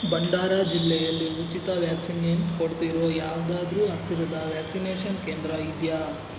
ಭಂಡಾರಾ ಜಿಲ್ಲೆಯಲ್ಲಿ ಉಚಿತ ವ್ಯಾಕ್ಸಿನಿನ್ ಕೊಡ್ತಿರೋ ಯಾವುದಾದ್ರೂ ಹತ್ತಿರದ ವ್ಯಾಕ್ಸಿನೇಷನ್ ಕೇಂದ್ರ ಇದೆಯಾ